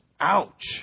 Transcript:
ouch